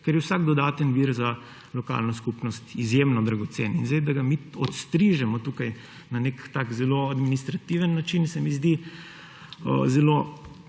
ker je vsak dodaten vir za lokalno skupnost izjemno dragocen. Da ga mi ostrižemo tukaj na neki tak zelo administrativen način, se mi zdi zelo